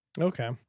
okay